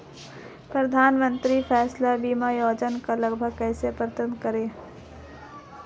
प्रधानमंत्री फसल बीमा योजना का लाभ कैसे प्राप्त करें?